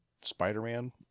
Spider-Man